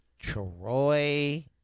Troy